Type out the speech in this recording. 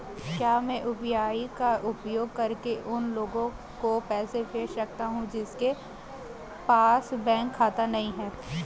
क्या मैं यू.पी.आई का उपयोग करके उन लोगों को पैसे भेज सकता हूँ जिनके पास बैंक खाता नहीं है?